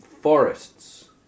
forests